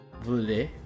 Voulez